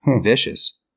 vicious